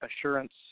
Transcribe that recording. assurance